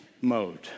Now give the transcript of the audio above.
mode